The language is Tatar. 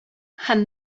һәм